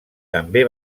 també